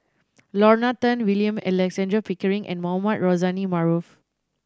Lorna Tan William Alexander Pickering and Mohamed Rozani Maarof